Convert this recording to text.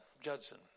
Judson